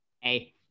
Hey